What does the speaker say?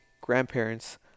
grandparents